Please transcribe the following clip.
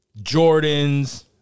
Jordans